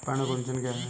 पर्ण कुंचन क्या है?